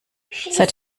seit